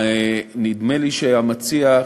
נדמה לי שהמציע,